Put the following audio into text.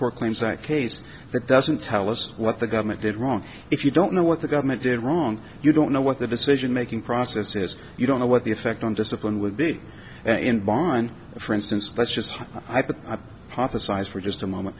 tort claims that case that doesn't tell us what the government did wrong if you don't know what the government did wrong you don't know what the decision making process is you don't know what the effect on discipline would be in bahrain for instance let's just i put my pocket size for just a moment